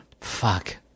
Fuck